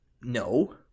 no